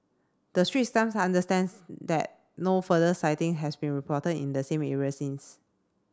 the Straits Times understands that no further sighting has been reported in the same area since